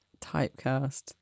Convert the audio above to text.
Typecast